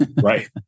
Right